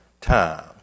time